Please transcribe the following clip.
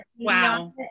Wow